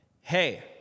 Hey